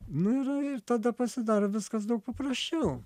nu ir ir tada pasidaro viskas daug paprasčiau